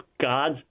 God